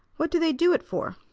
what do they do it for?